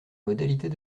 modalités